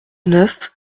neuf